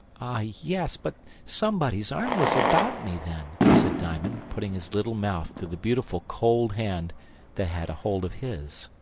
ah, yes, but somebody's arm was about me then, said diamond, putting his little mouth to the beautiful cold hand that had a hold of his.